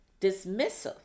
dismissive